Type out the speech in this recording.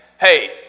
hey